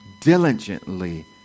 diligently